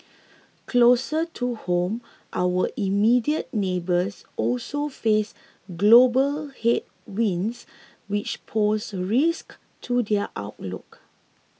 closer to home our immediate neighbours also face global headwinds which pose risks to their outlook